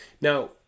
now